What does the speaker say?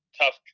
tough